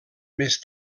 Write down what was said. més